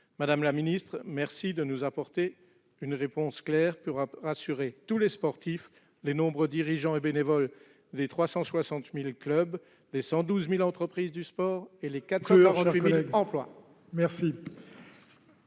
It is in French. Madame la ministre, merci de nous apporter une réponse claire pour rassurer tous les sportifs, ... Il faut conclure !... les nombreux dirigeants et bénévoles des 360 000 clubs, les 112 000 entreprises du sport et leurs 448 000 salariés.